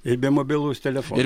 ir be mobilus telefono